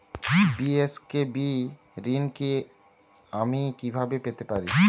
BSKB ঋণ আমি কিভাবে পেতে পারি?